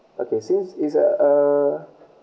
okay since it's a uh